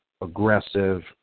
aggressive